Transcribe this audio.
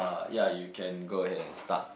ya you can go ahead and start